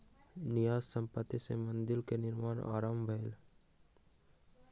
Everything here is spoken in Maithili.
न्यास संपत्ति सॅ मंदिर के निर्माण आरम्भ भेल